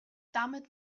damit